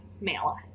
male